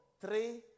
three